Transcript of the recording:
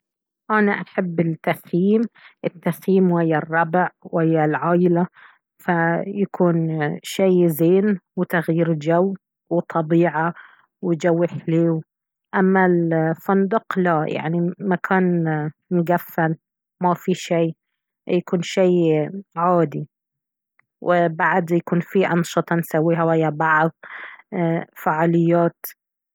انا احب التخيم التخيم ويا الربع ويا العايلة فيكون شيء زين وتغير جو وطبيعة وجو حليو اما الفندق لا يعني مكان مقفل ما في شي يكون شي عادي وبعد يكون فيه انشطة نسويها ويا بعض ايه فعاليات